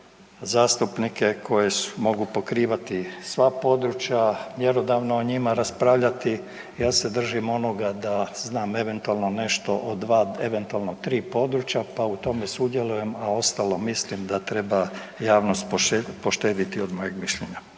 zastupnike koji mogu pokrivati sva područja, mjerodavno o njima raspravljati, a se držim onoga da znam eventualno nešto o dva eventualno tri područja pa u tome sudjelujem, a ostalo mislim da treba javnost poštedjeti od mojeg mišljenja.